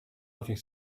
nothing